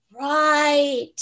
right